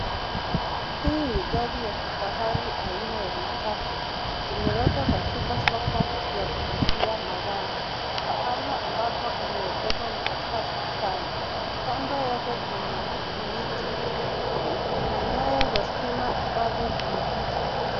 Hii ni gari ya kifahari aina ya matatu. Imewekwa katika soko ya kuuzia magari. Pahali ambako imeegeshwa ni pasafi sana. Kando yake kuna miti. Kuna nyaya za stima ambazo zimepita.